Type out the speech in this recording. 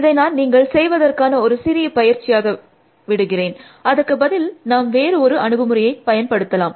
இதை நான் நீங்கள் செய்வதற்கான ஒரு சிறிய பயிற்சியாக விடுகிறேன் அதற்கு பதில் நாம் வேறு ஒரு அணுகுமுறையை பயன்படுத்தலாம்